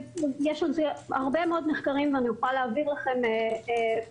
יש עוד הרבה מאוד מחקרים ואני אוכל להעביר לכם בהמשך.